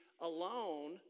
alone